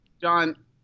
John